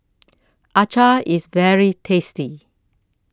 Acar IS very tasty